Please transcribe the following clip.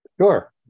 Sure